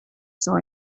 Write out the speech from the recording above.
saw